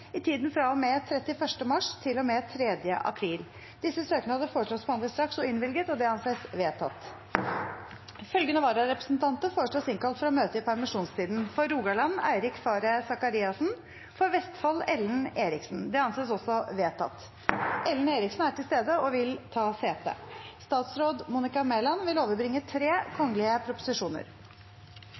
i tiden fra og med 31. mars til og med 3. april Etter forslag fra presidenten ble enstemmig besluttet: Søknadene behandles straks og innvilges. Følgende vararepresentanter innkalles for å møte i permisjonstiden: For Rogaland: Eirik Faret Sakariassen For Vestfold: Ellen Eriksen Ellen Eriksen er til stede og vil ta sete. Før sakene på dagens kart tas opp til behandling, vil